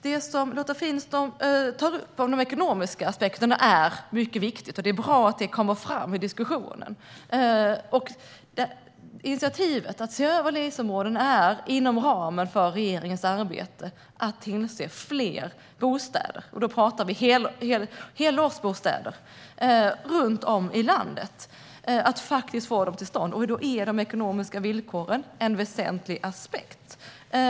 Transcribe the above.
Det som Lotta Finstorp tog upp om de ekonomiska aspekterna är mycket viktigt. Det är bra att det kommer fram i diskussionen. Initiativet att se över LIS-områden är inom regeringens arbete att tillse att det blir fler bostäder, och då pratar vi om helårsbostäder, runt om i landet. Då är de ekonomiska villkoren en väsentlig aspekt.